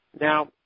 Now